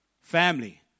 family